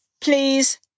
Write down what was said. please